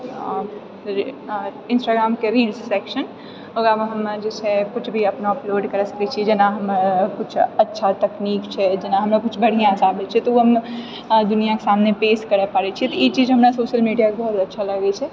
इन्स्ट्राग्रामके reels section ओकरामे हम जे छै किछु भी अपना अपलोड करि सकैत छी जेना हमर किछु अच्छा तकनीक छै जेना हमरा किछु बढ़िआँसँ आबैत छै तऽ ओ हम दुनिआके सामने पेश करै पड़ै छै तऽ ई चीज हमरा सोशल मीडियाके बहुत अच्छा लागैत छै